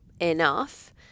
enough